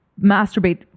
masturbate